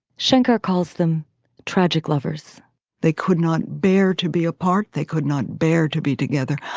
shankar calls them tragic lovers they could not bear to be apart. they could not bear to be together.